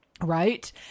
right